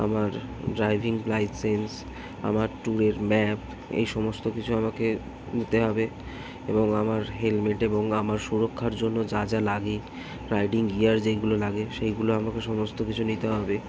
আমার driving licence আমার ট্যুরের ম্যাপ এই সমস্ত কিছু আমাকে নিতে হবে এবং আমার হেলমেট এবং আমার সুরক্ষার জন্য যা যা লাগে রাইডিং গিয়ার যেইগুলো লাগে সেইগুলো আমাকে সমস্ত কিছু নিতে হবে